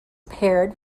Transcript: paired